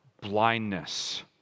blindness